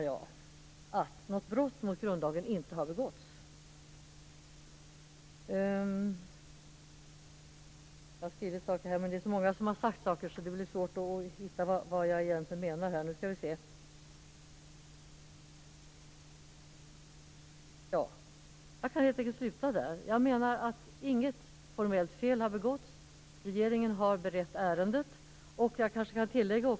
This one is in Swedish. Jag anser alltså att det inte har begåtts något brott mot grundlagen. Inget formellt fel har begåtts. Regeringen har berett ärendet korrekt.